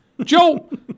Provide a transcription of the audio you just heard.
Joe